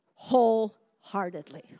Wholeheartedly